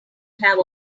have